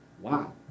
Wow